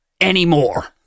anymore